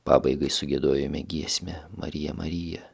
pabaigai sugiedojome giesmę marija marija